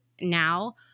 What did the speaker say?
now